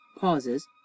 pauses